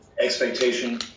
expectation